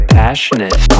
passionate